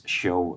show